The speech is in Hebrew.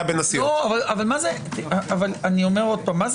כזה או אחר להיכנס ורואים משהו אחר לגמרי אחר